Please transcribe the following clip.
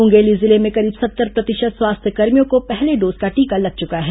मुंगेली जिले में करीब सत्तर प्रतिशत स्वास्थ्यकर्मियों को पहले डोज का टीका लग चुका है